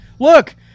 Look